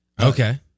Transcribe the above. Okay